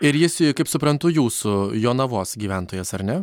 ir jis kaip suprantu jūsų jonavos gyventojas ar ne